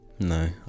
No